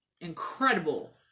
incredible